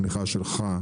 תמיכה שלך,